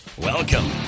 Welcome